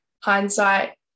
hindsight